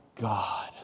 God